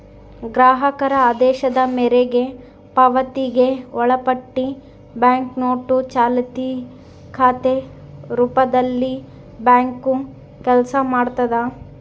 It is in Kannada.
ಗ್ರಾಹಕರ ಆದೇಶದ ಮೇರೆಗೆ ಪಾವತಿಗೆ ಒಳಪಟ್ಟಿ ಬ್ಯಾಂಕ್ನೋಟು ಚಾಲ್ತಿ ಖಾತೆ ರೂಪದಲ್ಲಿಬ್ಯಾಂಕು ಕೆಲಸ ಮಾಡ್ತದ